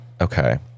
Okay